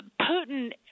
Putin